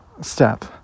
step